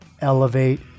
elevate